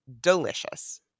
delicious